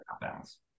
balance